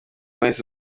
wese